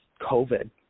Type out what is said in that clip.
COVID